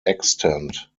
extent